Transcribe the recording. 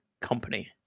company